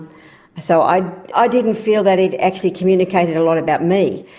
so i ah didn't feel that it actually communicated a lot about me.